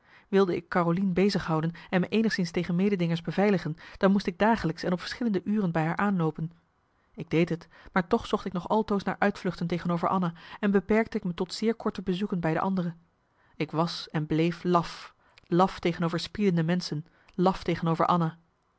wilde ik carolien bezighouden en me eenigszins tegen mededingers beveiligen dan moest ik dagelijks en op verschillende uren bij haar aanloopen ik deed t maar toch zocht ik nog altoos naar uitvluchten tegenover anna en beperkte ik me tot zeer korte bezoeken bij de andere ik was en bleef laf laf tegenover spiedende menschen laf tegenover anna